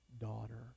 daughter